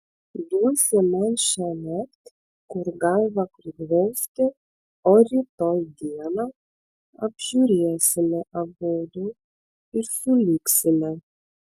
duosi man šiąnakt kur galvą priglausti o rytoj dieną apžiūrėsime abudu ir sulygsime